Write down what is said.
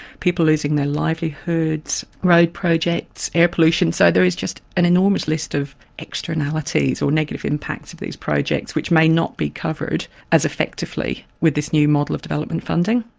people losing their livelihoods, road projects, air pollution. so there it is just an enormous list of externalities or negative impacts of these projects which may not be covered as effectively with this new model of development funding.